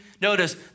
Notice